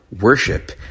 Worship